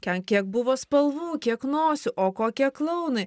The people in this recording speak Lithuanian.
ken kiek buvo spalvų kiek nosių o kokie klounai